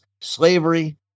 slavery